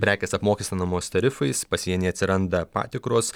prekės apmokestinamos tarifais pasienyje atsiranda patikros